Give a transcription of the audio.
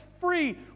free